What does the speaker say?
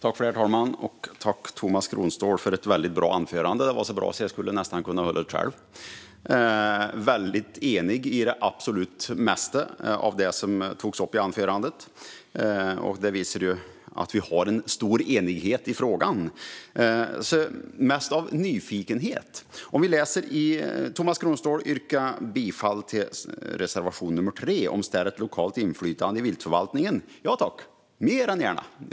Herr talman! Tack, Tomas Kronståhl, för ett väldigt bra anförande! Det var så bra att jag nästan skulle ha kunnat hålla det själv. Vi är eniga om det absolut mesta av det som togs upp i anförandet. Det visar att vi har stor enighet i frågan, så det är mest av nyfikenhet jag tar replik. Tomas Kronståhl yrkar bifall till reservation nummer 3 om stärkt lokalt inflytande i viltförvaltningen. Ja tack, mer än gärna!